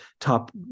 top